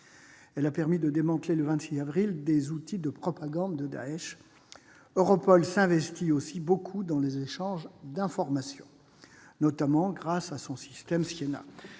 qui a permis de démanteler, le 26 avril dernier, des outils de propagande de Daech. EUROPOL s'investit aussi beaucoup dans les échanges d'informations, notamment grâce à son système SIENA,